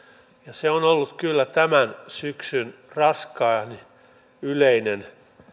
se on ollut kyllä tämän syksyn raskaan yleinen